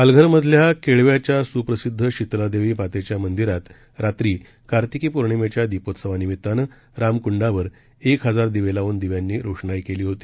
पालघरमधल्याकेळव्याच्यास्प्रसिद्धशितलादेवीमातेच्यामंदिरातरात्रीकार्तिकीपोर्णिमे च्यादीपोत्सवानिमित्तानंरामकंडावरएकहजारदिवेलावूनदिव्यांनीरोषणाईकरण्यातआलीहोती